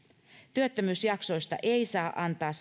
työttömyysjaksoista ei saa antaa